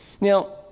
now